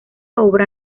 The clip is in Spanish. obra